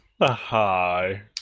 Hi